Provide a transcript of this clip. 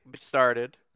started